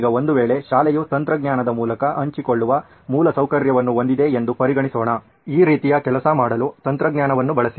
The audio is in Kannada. ಈಗ ಒಂದು ವೇಳೆ ಶಾಲೆಯು ತಂತ್ರಜ್ಞಾನದ ಮೂಲಕ ಹಂಚಿಕೊಳ್ಳುವ ಮೂಲ ಸೌಕರ್ಯವನ್ನು ಹೊಂದಿದೆ ಎಂದು ಪರಿಗಣಿಸೋಣ ಈ ರೀತಿಯ ಕೆಲಸ ಮಾಡಲು ತಂತ್ರಜ್ಞಾನವನ್ನು ಬಳಸಿ